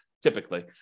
typically